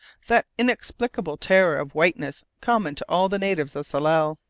that inexplicable terror of whiteness common to all the natives of tsalal.